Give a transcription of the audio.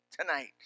tonight